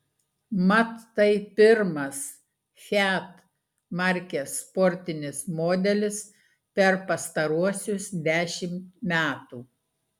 mat tai pirmas fiat markės sportinis modelis per pastaruosius dešimt metų